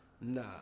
Nah